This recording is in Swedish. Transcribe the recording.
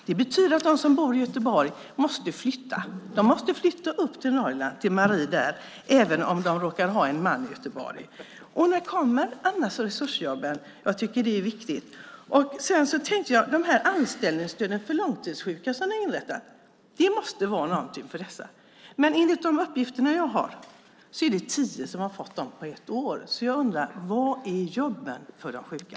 Det betyder att de som bor i Göteborg måste flytta. De måste flytta upp till Norrland, även om de råkar ha en man i Göteborg. När kommer resursjobben? Jag tycker att det är viktigt. De anställningsstöd för långtidssjuka som ni har inrättat måste vara något för dessa. Men enligt de uppgifter jag har är det tio personer som har fått det på ett år. Jag undrar: Var är jobben för de sjuka?